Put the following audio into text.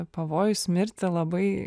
pavojus mirti labai